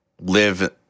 live